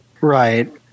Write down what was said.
Right